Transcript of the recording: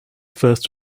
first